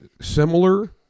similar